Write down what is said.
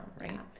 Right